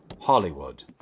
Hollywood